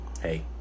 hey